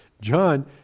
John